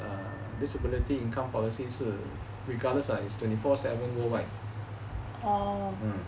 disability income policies 是 regardless of 是 twenty four seven worldwide ah